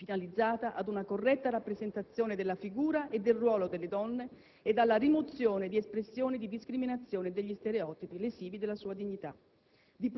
finalizzata ad una corretta rappresentazione della figura e del ruolo delle donne e alla rimozione di espressioni di discriminazione degli stereotipi lesivi della sua dignità;